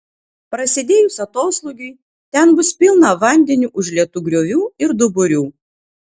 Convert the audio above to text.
prasidėjus atoslūgiui ten bus pilna vandeniu užlietų griovų ir duburių